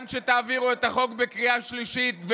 גם כשתעבירו את החוק בקריאה השלישית,